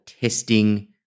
testing